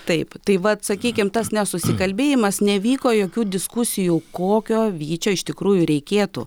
taip tai va sakykime tas nesusikalbėjimas nevyko jokių diskusijų kokio vyčio iš tikrųjų reikėtų